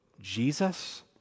Jesus